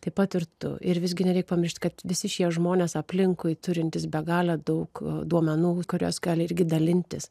taip pat ir tu ir visgi nereik pamiršt kad visi šie žmonės aplinkui turintys begalę daug duomenų kuriuos gali irgi dalintis